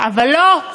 אבל לא,